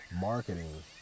marketing